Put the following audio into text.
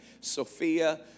Sophia